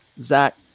Zach